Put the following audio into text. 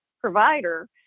provider